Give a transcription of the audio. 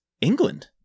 England